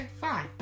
fine